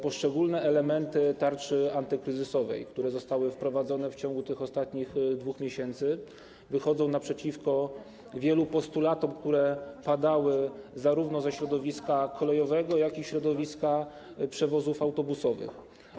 Poszczególne elementy tarczy antykryzysowej, które zostały wprowadzone w ciągu ostatnich 2 miesięcy, wychodzą naprzeciwko wielu postulatom, które padały zarówno ze środowiska kolejowego, jak i środowiska przewozów autobusowych.